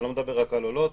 אני לא מדבר רק על עולות,